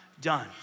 done